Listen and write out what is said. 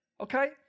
okay